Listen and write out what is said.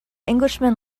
englishman